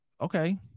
okay